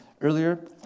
earlier